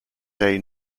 day